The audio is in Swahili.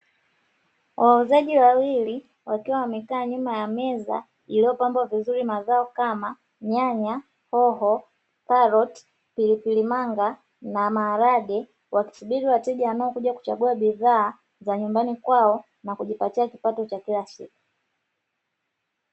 Wauzaji wawili wakiwa wamekaa nyuma ya meza iliyopambwa vizuri, mazao kama nyanya, hoho, karoti, pilipili manga na maharage wakisubiri wateja wanaokuja kuchagua bidhaa za nyumbani kwao na kujipatia kipato cha kila siku.